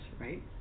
right